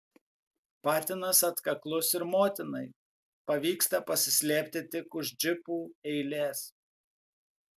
patinas atkaklus ir motinai pavyksta pasislėpti tik už džipų eilės